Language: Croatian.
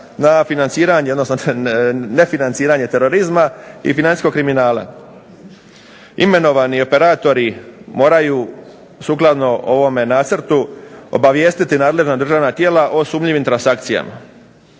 na nefinanciranje terorizma i financijskog kriminala. Imenovani operatori moraju sukladno ovome nacrtu obavijestiti nadležna državna tijela o sumnjivim transakcijama.